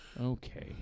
Okay